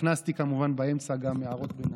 הכנסתי כמובן באמצע גם הערות ביניים.